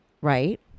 Right